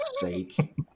sake